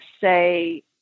say